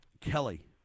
Kelly